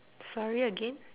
sorry again